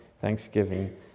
Thanksgiving